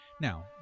Now